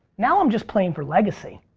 now i'm just playing for legacy.